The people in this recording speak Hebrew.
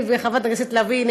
חברת הכנסת לביא ואני,